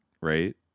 right